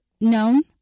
known